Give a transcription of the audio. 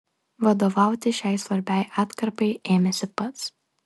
vadovauti šiai svarbiai atkarpai ėmėsi pats